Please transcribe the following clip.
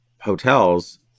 hotels